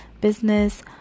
business